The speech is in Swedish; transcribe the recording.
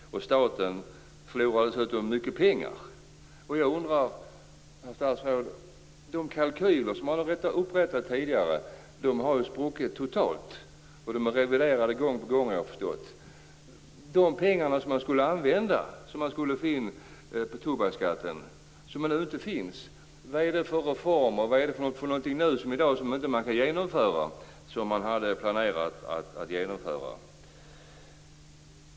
Staten förlorar dessutom mycket pengar på det här sättet. De kalkyler som upprättades tidigare har spruckit totalt, och jag har förstått att de har reviderats gång på gång. Jag undrar då, herr statsråd: De pengar som man skulle få in genom tobaksskatten finns alltså ännu inte. Vad är det man hade planerat genomföra som inte har kunnat genomföras?